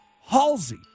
Halsey